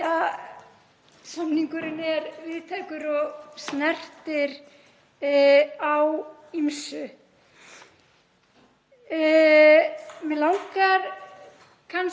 sem samningurinn er víðtækur og snertir á ýmsu.